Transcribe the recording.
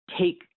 take